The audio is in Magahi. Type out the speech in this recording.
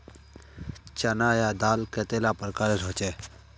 चना या दाल कतेला प्रकारेर होचे?